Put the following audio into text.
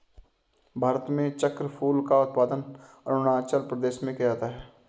भारत में चक्रफूल का उत्पादन अरूणाचल प्रदेश में किया जाता है